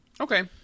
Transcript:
Okay